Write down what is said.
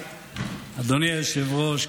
אדוני היושב-ראש,